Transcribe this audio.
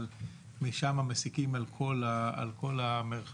אבל משם מסיקים על כל המרחב.